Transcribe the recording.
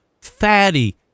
fatty